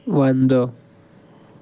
ಒಂದು